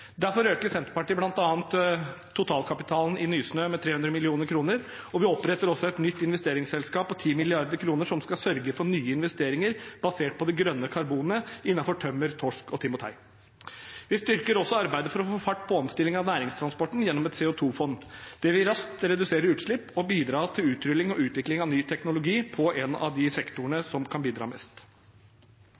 Derfor øker Senterpartiet bl.a. totalkapitalen i Nysnø med 300 mill. kr, og vi oppretter et nytt investeringsselskap på 10 mrd. kr som skal sørge for nye investeringer basert på det grønne karbonet – innenfor tømmer, torsk og timotei. Vi styrker også arbeidet for å få fart på omstilling av næringstransporten gjennom et CO 2 -fond. Det vil raskt redusere utslipp og bidra til utrulling og utvikling av ny teknologi på en av de sektorene som kan bidra mest.